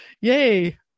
yay